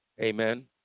amen